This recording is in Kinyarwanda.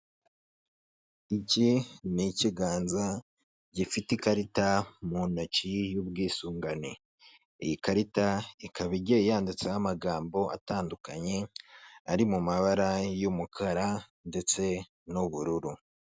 Iki ni ikiganza gifite ikarita mu ntoki y'ubwisungane. Iyi karita ikaba igiye yanditseho amagambo atandukanye ari mu mabara y'umukara ndetse n'ubururu.